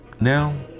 Now